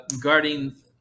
guarding